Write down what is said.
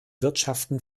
wirtschaften